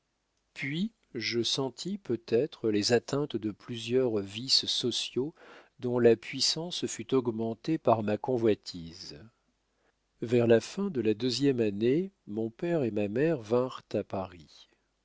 puis je sentis peut-être les atteintes de plusieurs vices sociaux dont la puissance fut augmentée par ma convoitise vers la fin de la deuxième année mon père et ma mère vinrent à paris